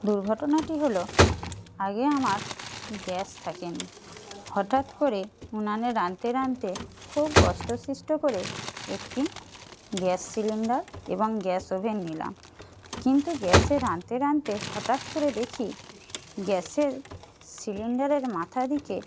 দুর্ঘটনাটি হলো আগে আমার গ্যাস থাকেনি হঠাৎ করে উনানে রাঁধতে রাঁধতে খুব কষ্টসিষ্ট করে একটি গ্যাস সিলিন্ডার এবং গ্যাস ওভেন নিলাম কিন্তু গ্যাসে রাঁধতে রাঁধতে হঠাৎ করে দেখি গ্যাসের সিলিন্ডারের মাথার দিকে